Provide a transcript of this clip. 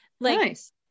Nice